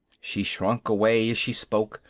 she shrunk away as she spoke,